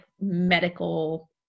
medical